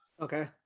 Okay